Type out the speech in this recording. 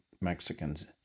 Mexicans